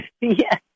yes